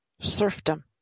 serfdom